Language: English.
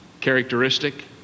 characteristic